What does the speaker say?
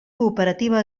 cooperativa